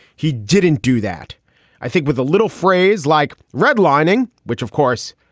he didn't do that. i think with a little phrase like redlining, which, of course,